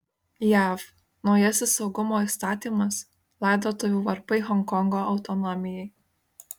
jav naujasis saugumo įstatymas laidotuvių varpai honkongo autonomijai